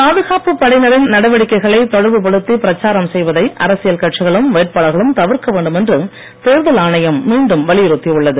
பாதுகாப்பு படையினரின் நடவடிக்கைகளை தொடர்பு படுத்தி பிரச்சாரம் செய்வதை அரசியல் கட்சிகளும் வேட்பாளர்களும் தவிர்க்க வேண்டுமென்று தேர்தல் ஆணையம் வலியுறுத்தியுள்ளது